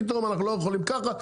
פתאום: אנחנו לא יכולים ככה,